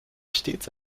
stets